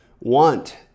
Want